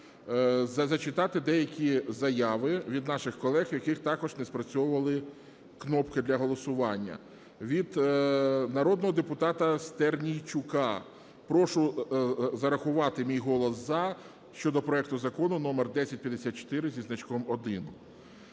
зачитати деякі заяви від наших колег, у яких також не спрацьовували кнопки для голосування. Від народного депутата Стернійчука: прошу зарахувати мій голос "за" щодо проекту Закону (№ 1054 зі значком 1).